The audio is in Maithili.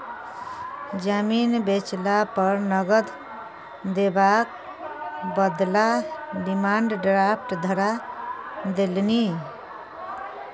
जमीन बेचला पर नगद देबाक बदला डिमांड ड्राफ्ट धरा देलनि